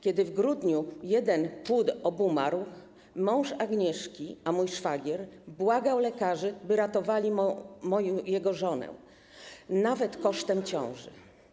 Kiedy w grudniu jeden płód obumarł, mąż Agnieszki, a mój szwagier, błagał lekarzy, by ratowali jego żonę, nawet kosztem ciąży.